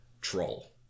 troll